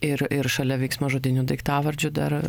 ir ir šalia veiksmažodinių daiktavardžių dar